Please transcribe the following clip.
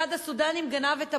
אחד הסודנים גנב את הבובה.